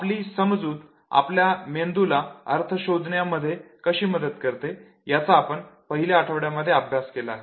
आपली समजूत आपल्या मेंदूला अर्थ शोधण्यामध्ये कशी मदत करतो याचा आपण पहिल्या आठवड्यामधे अभ्यास केला आहे